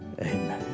Amen